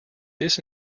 this